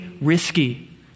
risky